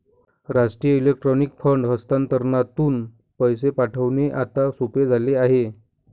राष्ट्रीय electronic fund हस्तांतरणातून पैसे पाठविणे आता सोपे झाले आहे